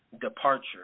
departure